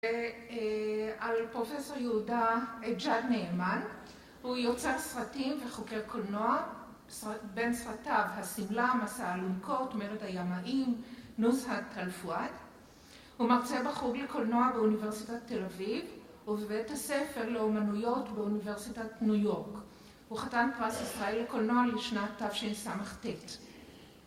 על פרופסור יהודה אג'אג נאמן. הוא יוצר סרטים וחוקר קולנוע. בין סרטיו, השמלה, מסע אלונקות, מרד הימאים, נוסעת אלפואד. הוא מרצה בחוג לקולנוע באוניברסיטת תל אביב ובבית הספר לאומנויות באוניברסיטת ניו יורק. הוא חתן פרס ישראל לקולנוע לשנת תשס"ט.